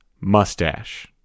mustache